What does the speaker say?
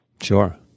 sure